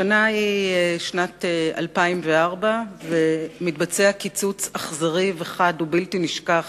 השנה היא שנת 2004 ומתבצע קיצוץ אכזרי וחד ובלתי נשכח